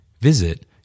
Visit